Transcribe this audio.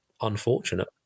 unfortunate